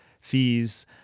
fees